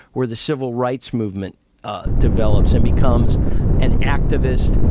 where the civil rights movement develops and becomes an activist,